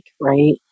right